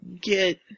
get